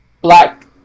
black